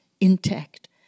intact